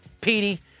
Petey